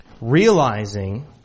realizing